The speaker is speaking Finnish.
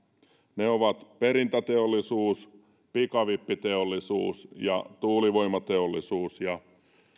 ne ovat perintäteollisuus pikavippiteollisuus ja tuulivoimateollisuus